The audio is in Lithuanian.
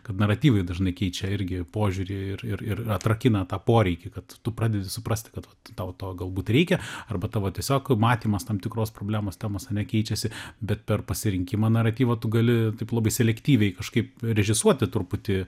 kad naratyvai dažnai keičia irgi požiūrį ir ir ir ir atrakina tą poreikį kad tu pradedi suprasti kad tau to galbūt reikia arba tavo tiesiog matymas tam tikros problemos temos ane keičiasi bet per pasirinkimą naratyvo tu gali taip labai selektyviai kažkaip režisuoti truputį